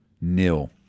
nil